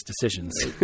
decisions